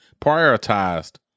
prioritized